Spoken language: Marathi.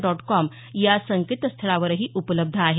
डॉट कॉम या संकेतस्थळावरही उपलब्ध आहे